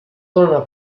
dóna